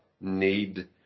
need